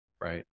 Right